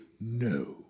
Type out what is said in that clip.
No